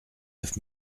neuf